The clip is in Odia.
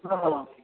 ହଁ ହଁ